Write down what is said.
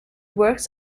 works